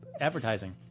advertising